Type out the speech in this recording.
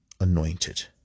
anointed